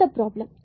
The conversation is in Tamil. அடுத்த ப்ராப்ளம்